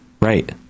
right